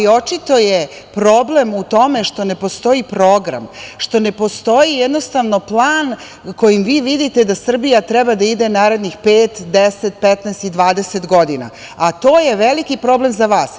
Očito je problem u tome što ne postoji program, što ne postoji plan kojim vi vidite da Srbija treba da ide u narednih pet, deset, 15 i 20 godina, a to je veliki problem za vas.